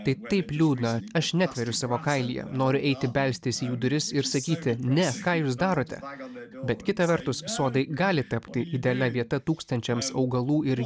tai taip liūdna aš netveriu savo kailyje noriu eiti belstis į jų duris ir sakyti ne ką jūs darote bet kita vertus sodai gali tapti idealia vieta tūkstančiams augalų ir